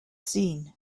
seen